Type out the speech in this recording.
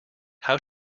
how